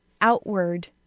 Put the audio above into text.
outward